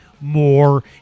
more